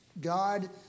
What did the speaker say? God